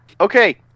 okay